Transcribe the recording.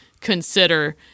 consider